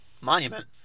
monument